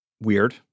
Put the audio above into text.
weird